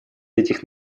этих